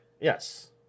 Yes